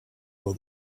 will